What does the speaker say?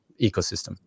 ecosystem